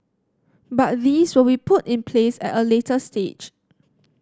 but these will be put in place at a later stage